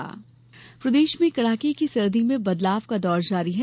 मौसम प्रदेश में कड़ाके की सर्दी में बदलाव का दौर जारी है